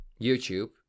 YouTube